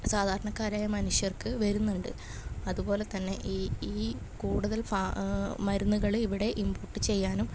സാധാരണക്കാരായ മനുഷ്യർക്ക് വരുന്നുണ്ട് അതുപോലെ തന്നെ ഈ ഈ കൂട്തൽ ഫാ മരുന്നുകൾ ഇവിടെ ഇമ്പോട്ട് ചെയ്യാനും